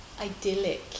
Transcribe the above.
idyllic